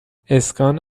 اسکان